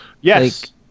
Yes